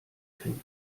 fängt